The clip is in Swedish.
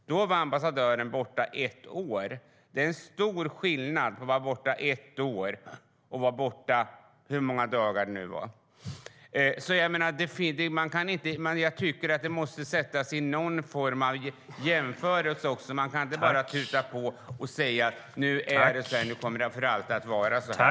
Då var ambassadören borta ett år. Det är stor skillnad mellan att vara borta ett år och att vara borta hur många dagar det nu var. Jag tycker att det måste sättas in i någon form av jämförelse. Man kan inte bara tuta på och säga att nu är det så här, och nu kommer det för alltid att vara så här.